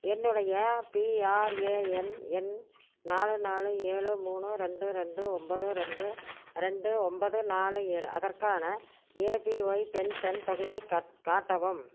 என்னுடைய பிஆர்ஏஎன் எண் நாலு நாலு ஏழு மூணு ரெண்டு ரெண்டு ஒம்போது ரெண்டு ரெண்டு ஒம்போது நாலு ஏழு அதற்கான ஏபிஒய் பென்ஷன் தொகையைக் காட் காட்டவும்